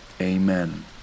Amen